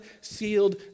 sealed